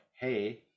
hey